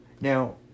Now